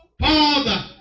Father